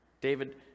David